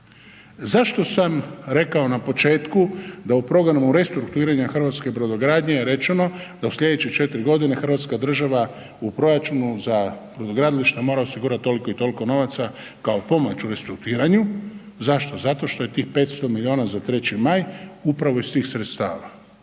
Zašto sam rekao na početku da u programu restrukturiranja hrvatske brodogradnje je rečeno da u sljedećih 4 godine hrvatska država u proračunu za brodogradilišta mora osigurati toliko i toliko novaca kao pomoć u restrukturiranju. Zašto? Zato što je tih 500 milijuna za 3. Maj upravo iz tih sredstava.